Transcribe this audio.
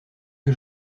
que